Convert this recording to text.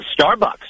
Starbucks